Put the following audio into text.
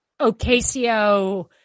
Ocasio